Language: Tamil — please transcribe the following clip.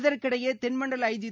இதற்கிடையே தென்மண்டல ஐஜி